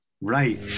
right